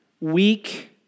weak